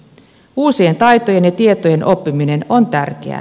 uusien taitojen ja tietojen oppiminen on tärkeää